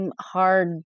hard